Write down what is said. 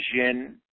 vision